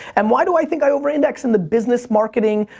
and why do i think i over-index in the business marketing,